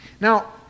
Now